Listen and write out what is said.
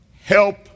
help